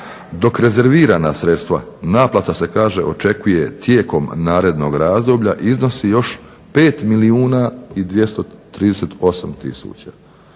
dok rezervirana sredstva naplate se kaže očekuje tijekom narednog razdoblja iznosi još 5 milijuna i 238 tisuća.